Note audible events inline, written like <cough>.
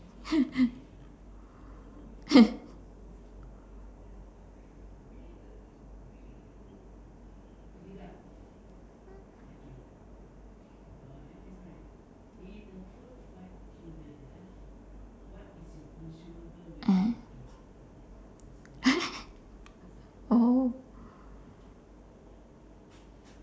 <laughs> (uh huh) <laughs> oh